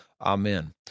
Amen